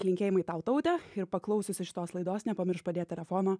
linkėjimai tau taute ir paklausiusi šitos laidos nepamiršk padėt telefono